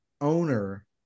owner